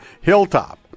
Hilltop